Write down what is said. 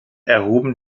erhoben